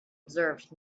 observed